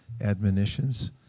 admonitions